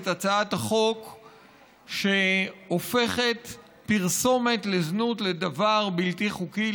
את הצעת החוק שהופכת פרסומת לזנות לדבר בלתי חוקי,